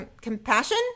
Compassion